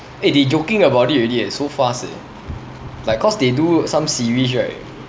eh they joking about it already eh so fast eh like cause they do some series right